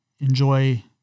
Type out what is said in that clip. Enjoy